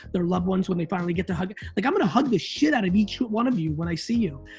their loved ones, when they finally get to hug. like i'm gonna hug the shit outta each one of you when i see you.